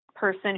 person